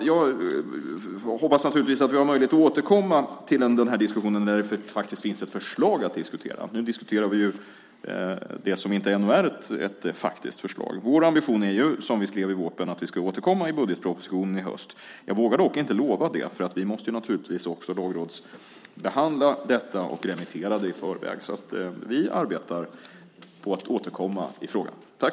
Jag hoppas att vi har möjlighet att återkomma till denna diskussion när det faktiskt finns ett förslag att diskutera. Nu diskuterar vi ju det som ännu inte är ett faktiskt förslag. Vår ambition är, som vi skrev i vårpropositionen, att vi ska återkomma i budgetpropositionen i höst. Jag vågar dock inte lova det, för vi måste också lagrådsbehandla detta och remittera det i förväg. Vi arbetar på att återkomma i frågan.